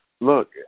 Look